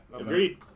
Agreed